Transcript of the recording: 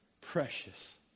precious